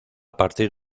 partir